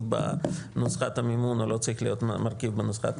במשחק המימון או לא צריך להיות מרכיב במשחק.